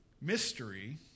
Mystery